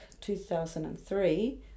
2003